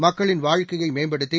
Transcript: மக்களின் வாழ்க்கையை மேம்படுத்தி